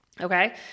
Okay